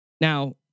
Now